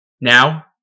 Now